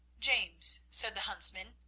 james, said the huntsman,